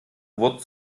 wort